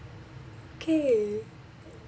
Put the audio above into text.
K